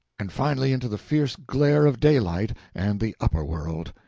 and finally into the fierce glare of daylight and the upper world.